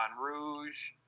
Rouge